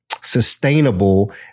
sustainable